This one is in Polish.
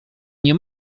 nie